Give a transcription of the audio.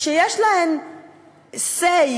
שיש להן say ,